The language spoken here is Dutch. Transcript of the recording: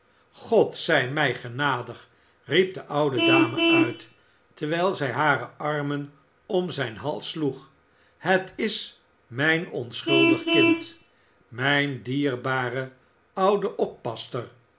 ood zij mij genadig riep de oude dame uit terwijl zij hare armen om zijn hals sloeg het is mijn onschuldig kind mijne dierbare oude oppasster